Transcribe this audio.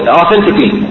authentically